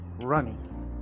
running